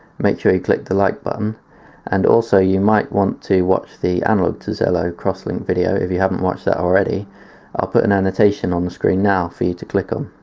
make sure you click the like button and also you might want to watch the analog to zello crosslink video if you haven't watched that already i'll put an annotation on the screen now for you to click on